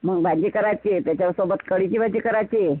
मग भाजी करायची त्याच्यासोबत कळीची भजी करायची